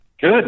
Good